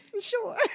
sure